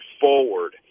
forward